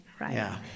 Right